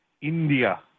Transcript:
India